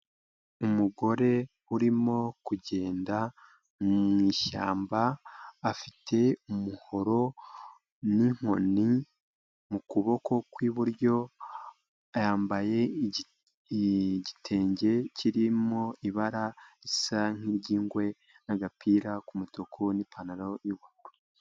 Umugore urimo kugenda, mu ishyamba, afite umuhoro, n'inkoni, mu kuboko kw'iburyo. Yambaye igitenge kirimo ibara, risa nk'iryingwe n'agapira k'umutuku n'ipantaro y'ubururu.